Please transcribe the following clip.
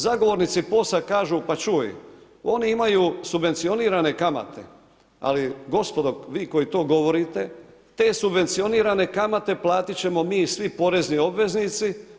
Zagovornici POS-a kažu pa čuj oni imaju subvencionirane kamate, ali gospodo vi koji to govorite te subvencionirane kamate platit ćemo mi svi porezni obveznici.